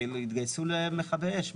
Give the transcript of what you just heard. שיתגייסו למכבי אש.